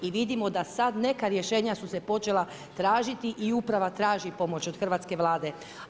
I vidimo da sad neka rješenja su se počela tražiti i uprava traži pomoć od Hrvatske vlade.